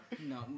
No